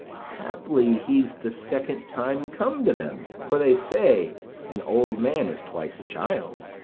happily he's the second time come to them for they say an old man is twice a child.